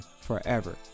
forever